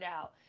out